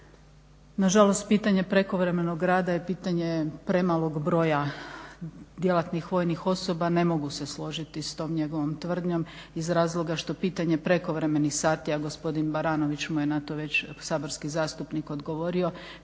nažalost pitanje prekovremenog rada je pitanje premalog broja djelatnih vojnih osoba. Ne mogu se složiti s tom njegovom tvrdnjom iz razloga što pitanje prekovremenih sati, a gospodin Baranović mu je na to već saborski zastupnik odgovorio,